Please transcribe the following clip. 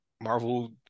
Marvel